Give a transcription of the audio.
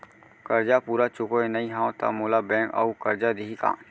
करजा पूरा चुकोय नई हव त मोला बैंक अऊ करजा दिही का?